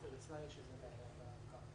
לא תעסוקה,